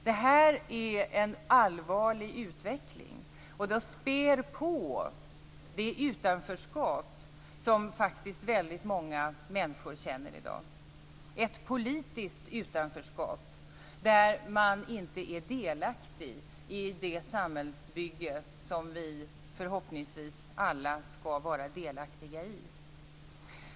Det här är en allvarlig utveckling som spär på det utanförskap som väldigt många människor känner i dag. Det är ett politiskt utanförskap där man inte är delaktig i det samhällsbygge som vi förhoppningsvis alla skall vara delaktiga i.